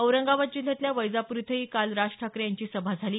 औरंगाबाद जिल्ह्यातल्या वैजाप्र इथंही काल राज ठाकरे यांची सभा झाली